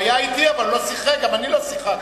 הוא היה אתי אבל הוא לא שיחק, גם אני לא שיחקתי.